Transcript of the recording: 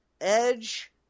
Edge